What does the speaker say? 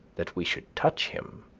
that we should touch him.